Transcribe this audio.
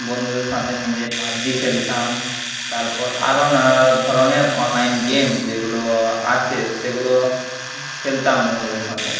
বন্ধুদের সাথে মিলে পাবজি খেলতাম তারপর আরও নানা ধরনের অনলাইন গেম যেগুলো আছে সেগুলো খেলতাম বন্ধুদের সাথে